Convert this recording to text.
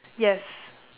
yes